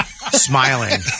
Smiling